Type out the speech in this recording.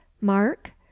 mark